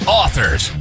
authors